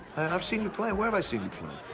i've seen you play, where have i seen you play?